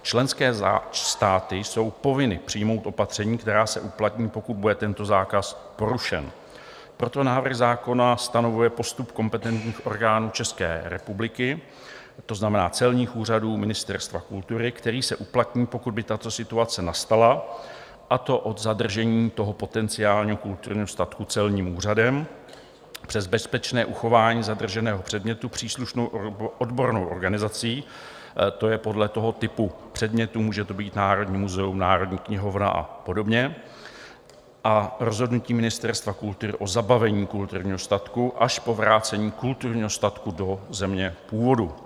Členské státy jsou povinny přijmout opatření, která se uplatní, pokud bude tento zákaz porušen, proto návrh zákona stanovuje postup kompetentních orgánů České republiky, to znamená celních úřadů a Ministerstva kultury, který se uplatní, pokud by tato situace nastala, a to od zadržení toho potenciálního kulturního statku celním úřadem přes bezpečné uchování zadrženého předmětu příslušnou odbornou organizací to je podle typu předmětu, může to být Národním muzeum, Národní knihovna a podobně a rozhodnutí Ministerstva kultury o zabavení kulturního statku až po vrácení kulturního statku do země jeho původu.